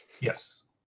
Yes